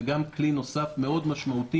זה גם כלי נוסף משמעותי מאוד.